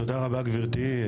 תודה רבה, גבירתי.